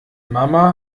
mama